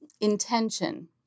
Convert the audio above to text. intention